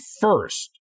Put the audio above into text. first